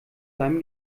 seinem